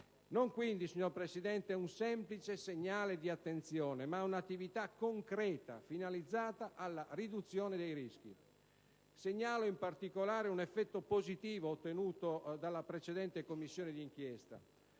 Non quindi un semplice segnale di attenzione, ma un'attività concreta finalizzata alla riduzione dei rischi. Segnalo, in particolare, un effetto positivo ottenuto dalla precedente Commissione di inchiesta.